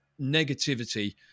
negativity